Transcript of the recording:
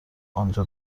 انجا